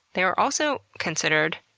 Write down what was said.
they are also considered,